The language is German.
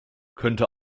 könnte